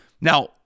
Now